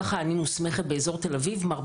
ככה אני מוסמכת באזור תל אביב.